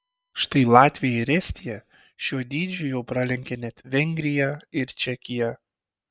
štai latvija ir estija šiuo dydžiu jau pralenkė net vengriją ir čekiją